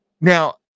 Now